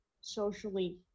socially